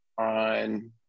on